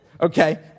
Okay